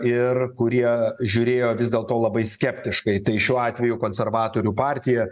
ir kurie žiūrėjo vis dėlto labai skeptiškai tai šiuo atveju konservatorių partija